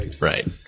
right